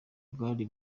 bwari